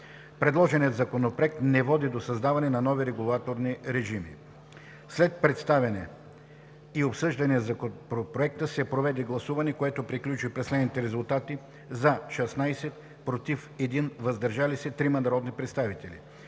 Предложеният законопроект не води до създаване на нови регулаторни режими. След представяне и обсъждане на Законопроекта се проведе гласуване, което приключи при следните резултати: „за“ – 16, „против“ – 1, и „въздържал се“ – 3 народни представители.